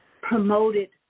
promoted